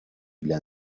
для